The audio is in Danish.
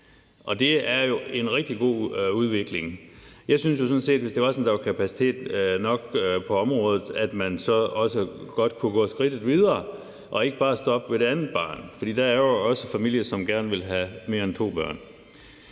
og det er jo en rigtig god udvikling. Jeg synes sådan set, at hvis det var sådan, at der var kapacitet nok på området, kunne man også godt kunne gå skridtet videre og ikke bare stoppe ved det andet barn. For der er jo også familier, som gerne vil have mere end to børn.